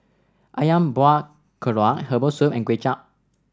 ayam Buah Keluak Herbal Soup and Kuay Chap